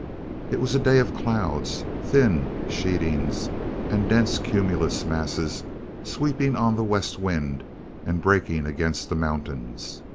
it was a day of clouds, thin sheetings and dense cumulus masses sweeping on the west wind and breaking against the mountains.